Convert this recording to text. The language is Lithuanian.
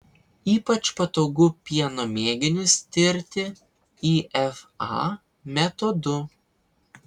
ypač patogu pieno mėginius tirti ifa metodu